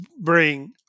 bring